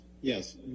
Yes